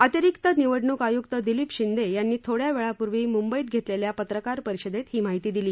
अतिरिक्त निवडणूक आय्क्त दिलीप शिंदे यांनी थोड्यावेळापूर्वी मुंबईत घेतलेल्या पत्रकार परिषदेत ही माहिती दिली